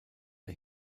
der